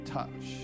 Touch